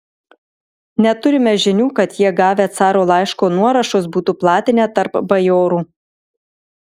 neturime žinių kad jie gavę caro laiško nuorašus būtų platinę tarp bajorų